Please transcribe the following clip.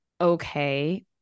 okay